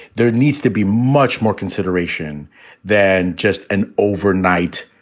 there needs to be much more consideration than just an overnight,